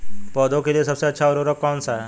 पौधों के लिए सबसे अच्छा उर्वरक कौन सा है?